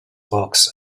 books